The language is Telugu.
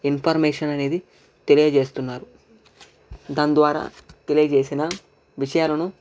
ఇన్ఫర్మేషన్ అనేది తెలియజేస్తున్నారు దాని ద్వారా తెలియజేసిన విషయాలను